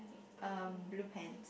uh blue pants